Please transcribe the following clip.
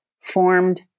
formed